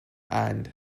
and